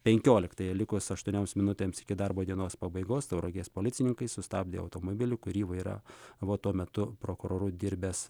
penkiolikt ąją likus aštuonioms minutėms iki darbo dienos pabaigos tauragės policininkai sustabdė automobilį kurį vairavo tuo metu prokuroru dirbęs